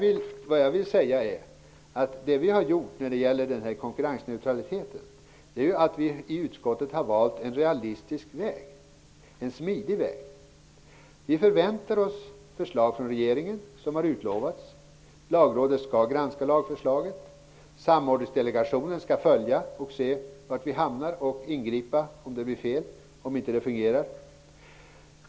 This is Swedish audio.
I fråga om konkurrensneutraliteten har vi valt en realistisk väg, en smidig väg. Vi förväntar oss förslag från regeringen, vilket har utlovats. Lagrådet skall granska lagförslaget, Samordningsdelegationen skall följa upp det, se var vi hamnar och ingripa om det blir fel och inte fungerar.